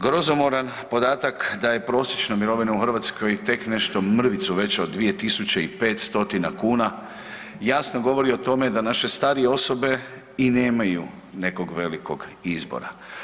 Grozomoran podatak da je prosječna mirovina u Hrvatskoj tek nešto mrvicu veća od 2.500 kuna jasno govori o tome da naše starije osobe i nemaju nekog velikog izbora.